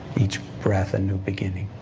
each breath a new beginning.